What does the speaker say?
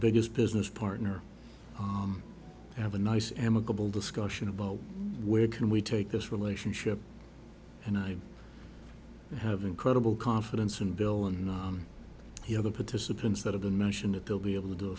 biggest business partner have a nice amicable discussion about where can we take this relationship and i you have incredible confidence in bill and the other participants that have been mentioned it they'll be able to